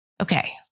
Okay